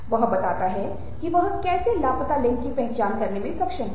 वह बताता है की वह कैसे लापता लिंक की पहचान करने में सक्षम है